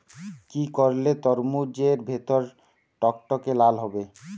কি করলে তরমুজ এর ভেতর টকটকে লাল হবে?